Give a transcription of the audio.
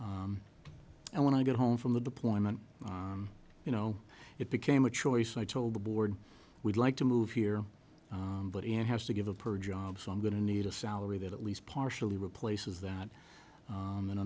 and when i get home from the deployment you know it became a choice and i told the board we'd like to move here but he has to give a per job so i'm going to need a salary that at least partially replaces that